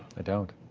i don't.